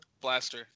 Blaster